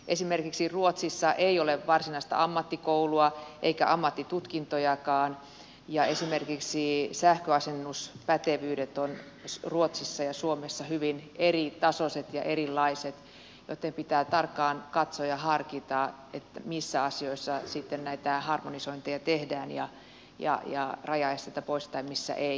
esimerkiksi ruotsissa ei ole varsinaista ammattikoulua eikä ammattitutkintojakaan ja esimerkiksi sähköasennuspätevyydet ovat ruotsissa ja suomessa hyvin eritasoiset ja erilaiset joten pitää tarkkaan katsoa ja harkita missä asioissa sitten näitä harmonisointeja tehdään ja rajaesteitä poistetaan ja missä ei